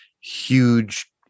huge